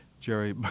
Jerry